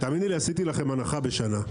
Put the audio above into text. תאמיני לי, עשיתי לכם הנחה בשנה.